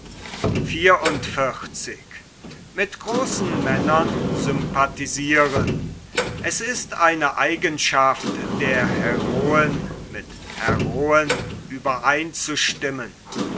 es ist eine eigenschaft der heroen mit heroen